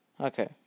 Okay